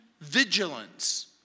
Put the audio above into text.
vigilance